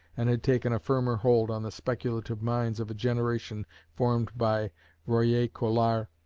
and had taken a firmer hold on the speculative minds of a generation formed by royer-collard,